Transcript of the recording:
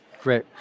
Great